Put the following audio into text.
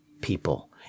people